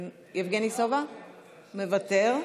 מוותר,